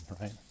right